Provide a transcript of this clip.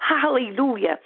Hallelujah